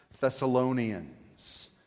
Thessalonians